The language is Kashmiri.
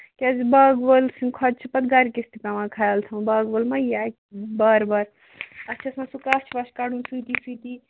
کیٛازِ باغہٕ وٲلۍ سٕنٛدۍ کھۄتہٕ چھُ پَتہٕ گرِ کِس تہِ پٮ۪وان خیال تھاوُن باغہٕ وول ما یِیہِ اَتھ بار بار اَتھ چھُ آسان سُہ کَچھ وَچھ کَڈُن سٍتی سٍتی